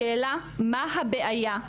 השאלה מה הבעיה,